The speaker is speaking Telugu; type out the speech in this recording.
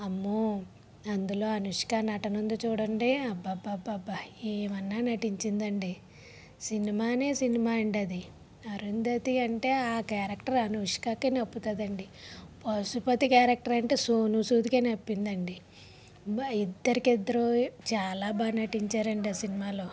అమ్మో అందులో అనుష్క నటనుంది చూడండి అబ్బబ్బబ్బా ఏమన్నా నటించిందండి సినిమానే సినిమా అండది అరుంధతంటే ఆ క్యారెక్టర్ అనుష్కకే నప్పుతుండండి పశుపతి క్యారెక్టర్ అంటే సోను సూద్కే నప్పిందండి అబ్బా ఇద్దరికిద్దరు చాలా బాగా నటించారండి ఆ సినిమాలో